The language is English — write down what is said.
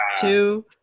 Two